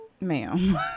ma'am